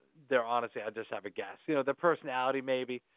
they're honestly, i just have a guess. you know, the personality maybe.